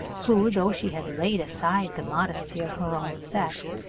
who, though she had laid aside the modesty of her own sex,